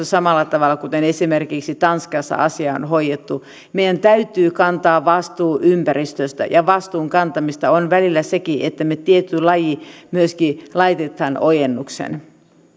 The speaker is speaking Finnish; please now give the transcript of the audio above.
samalla tavalla kuin esimerkiksi tanskassa se on hoidettu meidän täytyy kantaa vastuu ympäristöstä ja vastuun kantamista on välillä sekin että me tietyn lajin myöskin laitamme ojennukseen